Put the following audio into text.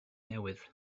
newydd